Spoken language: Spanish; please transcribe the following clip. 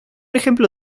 ejemplo